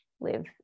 live